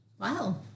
Wow